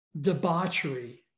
debauchery